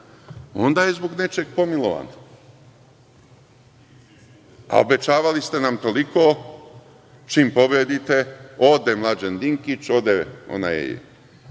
onda je zbog nečega pomilovan, a obećavali ste nam toliko čim pobedite ode Mlađan Dinkić, ode